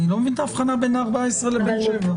אני לא מבין את ההבחנה בין ה-14 לבין שבע.